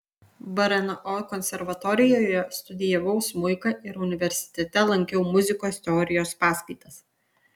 brno konservatorijoje studijavau smuiką ir universitete lankiau muzikos teorijos paskaitas